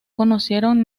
conocieron